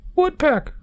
woodpeck